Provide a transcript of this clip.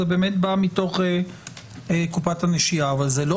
זה באמת בא מתוך קופת הנשייה אבל זה לא